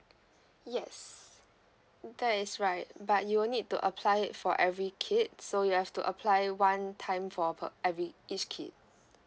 yes that is right but you'll need to apply it for every kid so you have to apply one time for per every each kid